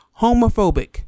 homophobic